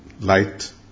light